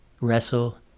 wrestle